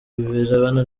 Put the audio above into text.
birebana